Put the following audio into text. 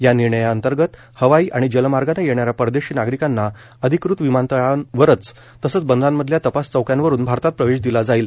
या निर्णया अंतर्गत हवाई आणि जल मार्गानं येणाऱ्या परदेशी नागरिकांना अधिकृत विमानतळांवरच्या तसंच बंदरांमधल्या तपास चौक्यांवरून भारतात प्रवेश दिला जाईल